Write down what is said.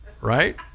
Right